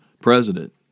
president